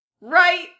Right